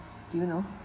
do you know